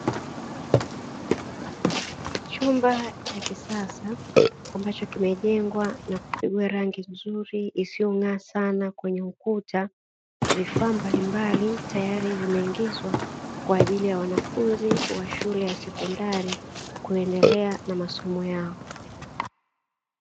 Chumba cha kisasa ambacho kimejengwa na kupigwa rangi vizuri isiyong'aa sana kwenye ukuta, vifaa mbalimbali tayari vimeingizwa kwa ajili ya wanafunzi wa shule ya sekondari kuendelea na masomo yao.